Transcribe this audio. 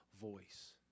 voice